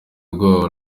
ubwoba